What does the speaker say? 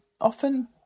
often